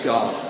God